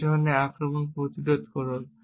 এই ধরনের আক্রমণ প্রতিরোধ করুন